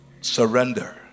surrender